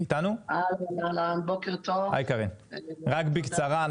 בבקשה רק בקצרה.